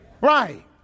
Right